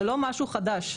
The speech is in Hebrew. זה לא משהו חדש,